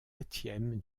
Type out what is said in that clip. septième